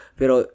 pero